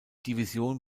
division